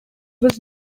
was